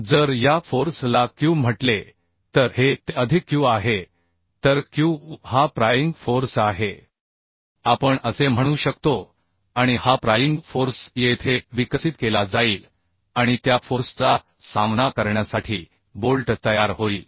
तर जर या फोर्स ला Q म्हटले तर हे Te अधिक क्यू आहे तर Q हा प्रायिंग फोर्स आहे आपण असे म्हणू शकतो आणि हा प्रायिंग फोर्स येथे विकसित केला जाईल आणि त्या फोर्सचा सामना करण्यासाठी बोल्ट तयार होईल